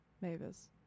Mavis